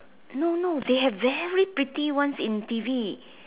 no no they have very pretty ones in t_v